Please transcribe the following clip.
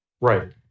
right